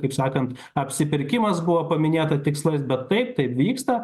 kaip sakant apsipirkimas buvo paminėta tikslais bet taip tai vyksta